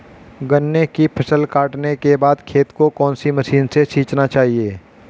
गन्ने की फसल काटने के बाद खेत को कौन सी मशीन से सींचना चाहिये?